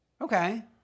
Okay